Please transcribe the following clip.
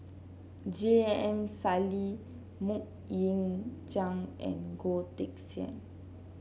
J M Sali MoK Ying Jang and Goh Teck Sian